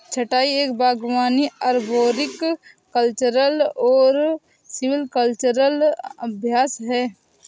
छंटाई एक बागवानी अरबोरिकल्चरल और सिल्वीकल्चरल अभ्यास है